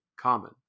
common